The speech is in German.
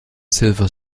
silver